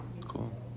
Cool